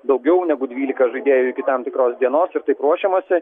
daugiau negu dvylika žaidėjų iki tam tikros dienos ir taip ruošiamasi